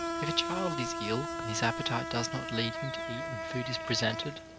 if a child is ill and his appetite does not lead him to eat when food is presented,